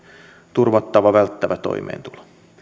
turvattava välttävä toimeentulo